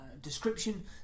description